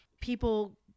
people